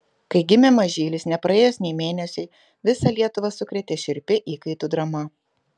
kai gimė mažylis nepraėjus nė mėnesiui visą lietuvą sukrėtė šiurpi įkaitų drama